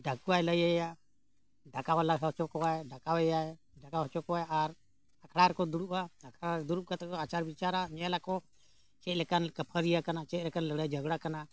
ᱰᱟᱠᱩᱣᱟᱭ ᱞᱟᱹᱭᱟᱭᱟ ᱰᱟᱠᱟ ᱵᱟᱞᱟ ᱦᱚᱦᱚ ᱦᱚᱪᱚᱠᱚᱣᱟᱭ ᱰᱟᱠᱟᱣ ᱮᱭᱟᱭ ᱰᱟᱠᱟᱣ ᱦᱚᱪᱚ ᱠᱚᱣᱟᱭ ᱟᱨ ᱟᱠᱷᱲᱟ ᱨᱮᱠᱚ ᱫᱩᱲᱩᱵᱼᱟ ᱟᱠᱷᱲᱟ ᱨᱮ ᱫᱩᱲᱩᱵ ᱠᱟᱛᱮᱫ ᱠᱚ ᱟᱪᱟᱨ ᱵᱤᱪᱟᱹᱨᱟ ᱧᱮᱞᱟᱠᱚ ᱪᱮᱫ ᱞᱮᱠᱟᱱ ᱠᱷᱟᱹᱯᱟᱹᱨᱤᱭᱟᱹ ᱠᱟᱱᱟ ᱪᱮᱫ ᱞᱮᱠᱟᱱ ᱞᱟᱹᱲᱟᱹᱭ ᱡᱷᱚᱜᱽᱲᱟ ᱠᱟᱱᱟ